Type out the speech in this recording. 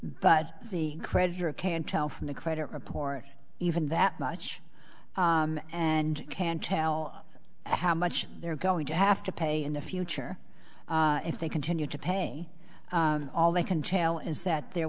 but the creditor can't tell from the credit report even that much and can tell how much they're going to have to pay in the future if they continue to pay all they can tell is that there